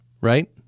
right